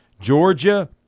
Georgia